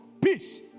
peace